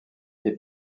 est